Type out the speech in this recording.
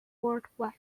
worldwide